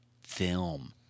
film